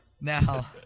now